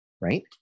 right